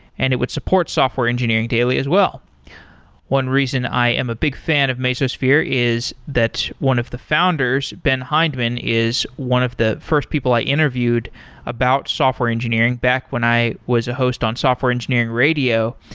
and it would support software engineering daily as well one reason i am a big fan of mesosphere is that one of the founders, ben hindman, is one of the first people i interviewed about software engineering back when i was a host on software engineering radio.